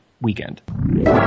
weekend